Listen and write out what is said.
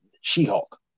She-Hulk